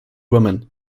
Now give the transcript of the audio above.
woman